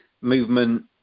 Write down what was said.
movement